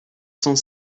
cent